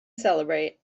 celebrate